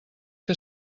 que